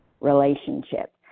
relationship